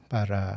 Para